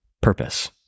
purpose